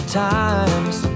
times